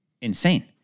insane